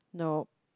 nope